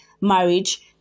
marriage